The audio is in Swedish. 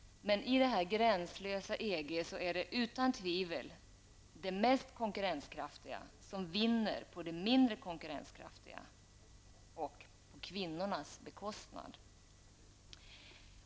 Men i det här gränslösa EG är det utan tvivel det mest konkurrenskraftiga som vinner på det mindre konkurrenskraftigas bekostnad, och då inte minst på kvinnornas bekostnad.